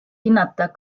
hinnata